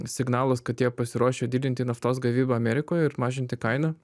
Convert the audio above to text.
signalus kad jie pasiruošę didinti naftos gavybą amerikoje ir mažinti kainą